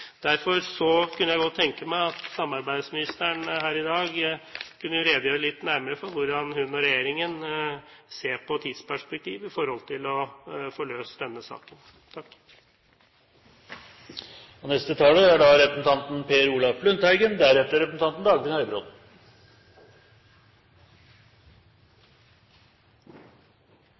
kunne jeg godt tenke meg at samarbeidsministeren her i dag kunne redegjøre litt nærmere for hvordan hun og regjeringen ser på tidsperspektivet for å få løst denne saken. I Innst. 30 S fra utenriks- og